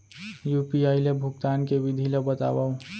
UPI ले भुगतान के विधि ला बतावव